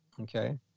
Okay